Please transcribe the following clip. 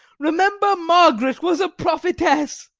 remember margaret was a prophetess.